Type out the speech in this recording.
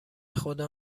خدا